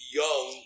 young